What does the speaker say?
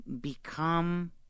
become